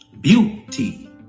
beauty